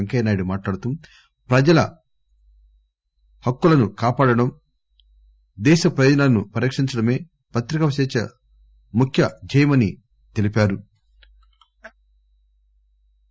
పెంకయ్యనాయుడు మాట్లాడుతూ ప్రజల హక్కులను కాపాడటం దేశ ప్రయోజనాలను పరిరక్షించడమే పత్రికా స్వేచ్చ ముఖ్య ధ్యేయమని ఆయన తెలిపారు